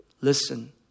Listen